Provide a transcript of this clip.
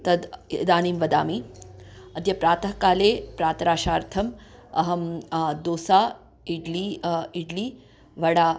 तद् इदानीं वदामि अद्य प्रातःकाले प्रातराशार्थम् अहं दोसा इड्लि इड्लि वडा